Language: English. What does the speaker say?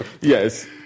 Yes